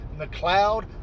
mcleod